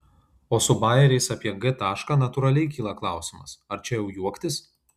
o su bajeriais apie g tašką natūraliai kyla klausimas ar čia jau juoktis